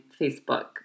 Facebook